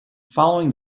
following